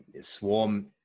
swarm